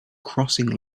crossing